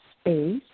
space